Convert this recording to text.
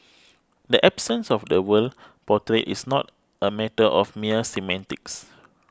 the absence of the word portrayed is not a matter of mere semantics